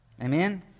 Amen